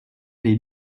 des